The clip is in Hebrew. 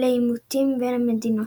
לעימותים בין מדינות.